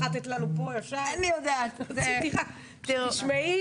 תודה רבה